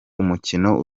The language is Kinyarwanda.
umukino